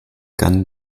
gone